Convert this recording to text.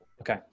Okay